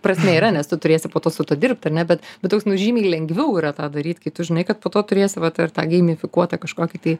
prasmė yra nes tu turėsi po to su tuo dirbt ar ne bet bet toks nu žymiai lengviau yra tą daryt kai tu žinai kad po to turėsi vat ar tą geimifikuotą kažkokį tai